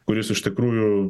kuris iš tikrųjų